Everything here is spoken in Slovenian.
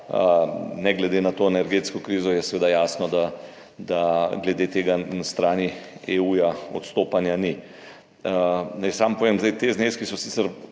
Ne glede na to energetsko krizo je seveda jasno, da glede tega na strani EU odstopanja ni. Naj samo povem, ti zneski so sicer